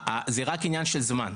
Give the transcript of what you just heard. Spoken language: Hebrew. זה רק עניין של זמן.